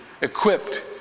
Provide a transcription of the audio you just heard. equipped